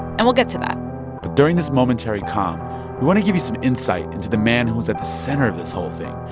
and we'll get to that but during this momentary calm, we want to give you some insight into the man who was at the center of this whole thing,